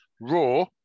raw